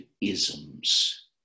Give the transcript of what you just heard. isms